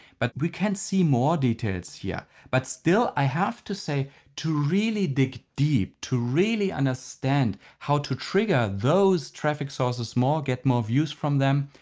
but we can see more details here. yeah but still, i have to say to really dig deep, to really understand how to trigger those traffic sources more, get more views from them,